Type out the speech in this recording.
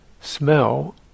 smell